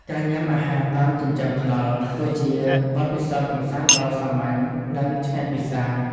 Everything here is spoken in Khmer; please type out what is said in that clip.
ការញ៉ាំអាហារតាមចិញ្ចើមថ្នល់ គឺជាបទពិសោធន៍កម្សាន្តដ៏សាមញ្ញ និងឆ្ងាញ់ពិសា។